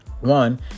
One